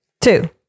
two